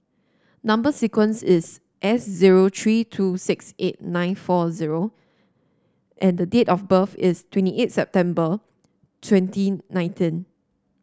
number sequence is S zero three two six eight nine four zero and date of birth is twenty eight September twenty nineteen